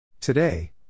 Today